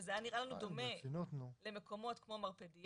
וזה היה נראה לנו דומה למקומות כמו מרפדיה,